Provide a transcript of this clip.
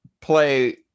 play